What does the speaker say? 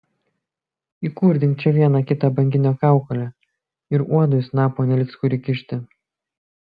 įkurdink čia vieną kitą banginio kaukolę ir uodui snapo neliks kur įkišti